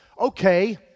okay